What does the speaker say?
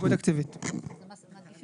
שבעה נגד.